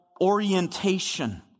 orientation